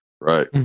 Right